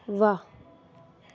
वाह